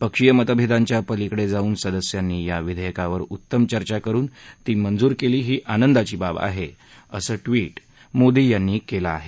पक्षीय मतभेदांच्या पलिकेडे जाऊन सदस्यांनी या विधेयकांवर उत्तम चर्चा करुन ती मंजूर केली ही आनंदाची बाब आहे असं ट्विट मोदी यांनी केलं आहे